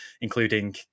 including